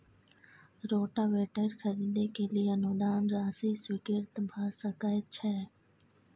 Rotavator खरीदे के लिए अनुदान राशि स्वीकृत भ सकय छैय?